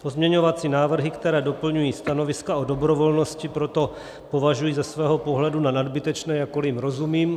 Pozměňovací návrhy, které doplňují stanoviska o dobrovolnosti, proto považuji ze svého pohledu na nadbytečné, jakkoli jim rozumím.